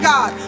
God